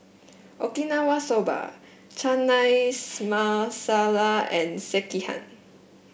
Okinawa Soba Chana Masala and Sekihan